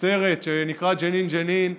סרט שנקרא "ג'נין, ג'נין".